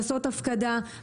לעשות הפקדה.